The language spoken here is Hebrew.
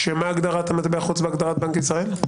מה הגדרת מטבע חוץ בחוק בנק ישראל?